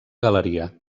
galeria